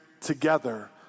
together